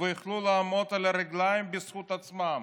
ויוכלו לעמוד על הרגליים בזכות עצמם.